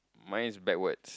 mine is backwards